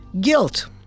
Guilt